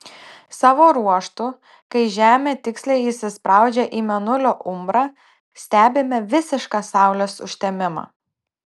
savo ruožtu kai žemė tiksliai įsispraudžia į mėnulio umbrą stebime visišką saulės užtemimą